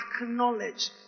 acknowledge